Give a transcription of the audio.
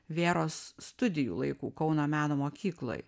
vėros studijų laikų kauno meno mokykloj